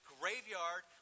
graveyard